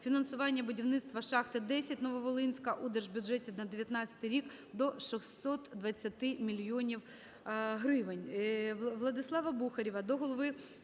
фінансування будівництва шахти 10 "Нововолинська" у Держбюджеті на 2019 рік до 620 мільйонів